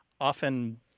often